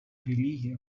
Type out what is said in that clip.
релігія